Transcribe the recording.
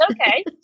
okay